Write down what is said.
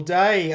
day